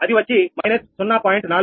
అది వచ్చి −0